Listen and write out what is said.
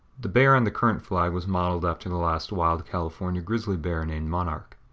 the bear on the current flag was modeled after the last wild california grizzly bear named monarch.